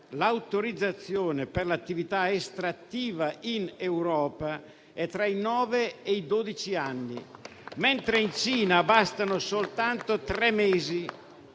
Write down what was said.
l'autorizzazione per l'attività estrattiva in Europa è tra i nove e i dodici anni, mentre in Cina bastano soltanto tre mesi.